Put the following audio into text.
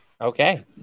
Okay